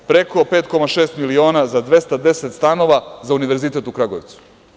Preko 5,6 miliona za 210 stanova za Univerzitet u Kragujevcu.